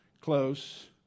Close